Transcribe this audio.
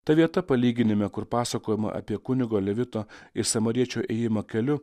ta vieta palyginime kur pasakojama apie kunigo levito ir samariečio ėjimą keliu